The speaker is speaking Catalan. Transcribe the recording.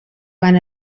van